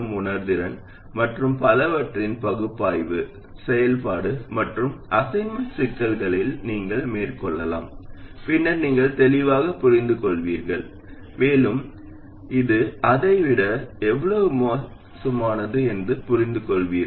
உணர்திறன் மற்றும் பலவற்றின் பகுப்பாய்வு செயல்பாடு மற்றும் அசைன்மென்ட் சிக்கல்களில் நீங்கள் மேற்கொள்ளலாம் பின்னர் நீங்கள் தெளிவாக புரிந்துகொள்வீர்கள் மேலும் இது அதைவிட எவ்வளவு மோசமானது என்று புரிந்துகொள்வீர்கள்